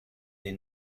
des